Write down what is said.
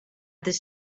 this